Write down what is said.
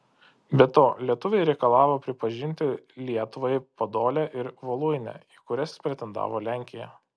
be to lietuviai reikalavo pripažinti lietuvai podolę ir voluinę į kurias pretendavo lenkija